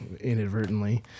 inadvertently